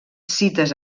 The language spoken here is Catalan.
cites